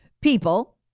people